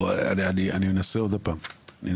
אני אנסה עוד פעם.